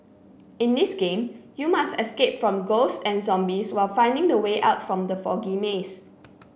in this game you must escape from ghosts and zombies while finding the way out from the foggy maze